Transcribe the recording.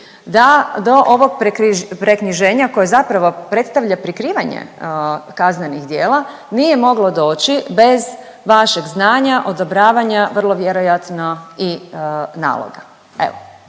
da do ovog preknjiženja koje zapravo predstavlja prikrivanje kaznenih djela nije moglo doći bez vašeg znanja, odobravanja, vrlo vjerojatno i naloga.